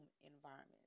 environment